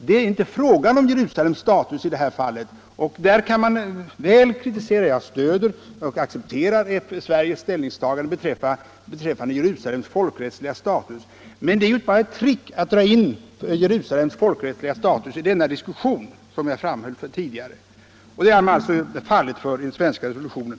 Det är inte fråga om Jerusalems status i detta fall — jag anser också att man skall respektera Sveriges ställningstagande beträffande Jerusalems folkrättsliga status — utan detta är ju bara ett trick att dra in Jerusalems folkrättsliga status i denna diskussion, som jag framhöll tidigare. Det har man alltså fallit för i den svenska resolutionen.